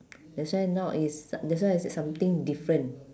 that's why now is that's why I said something different